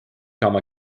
come